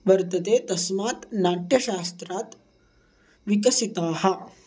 वर्तते तस्मात् नाट्यशास्त्रात् विकसिताः